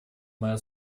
моя